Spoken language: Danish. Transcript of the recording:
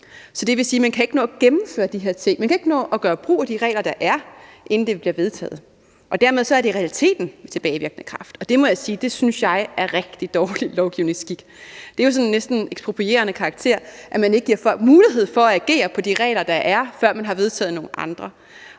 Det vil sige, at man ikke kan nå at gøre brug af de regler, der er, inden de bliver vedtaget, og dermed er det i realiteten med tilbagevirkende kraft. Det må jeg sige: Det synes jeg er rigtig dårlig lovgivningsskik. Det er jo næsten af eksproprierende karakter, at man ikke giver folk mulighed for at agere på de regler, der er, før man har vedtaget nogle andre.